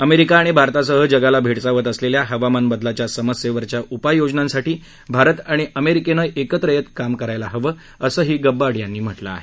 America आणि भारतासह जगाला भेडसावत असलेल्या हवामान बदलाच्या समस्येवरच्या उपाय योजनांसाठी भारत आणि अमेरिकेनं एकत्र येत काम करायला हवं असंही गब्बार्ड यांनी म्हटलं आहे